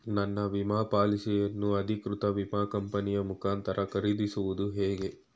ನನ್ನ ವಿಮಾ ಪಾಲಿಸಿಯನ್ನು ಅಧಿಕೃತ ವಿಮಾ ಕಂಪನಿಯ ಮುಖಾಂತರ ಖರೀದಿಸುವುದು ಹೇಗೆ?